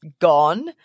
gone